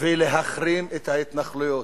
ולהחרים את ההתנחלויות,